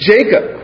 Jacob